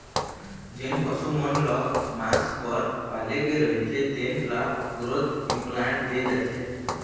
जेन पशु मन ल मांस बर पाले गे रहिथे तेन ल ग्रोथ इंप्लांट दे जाथे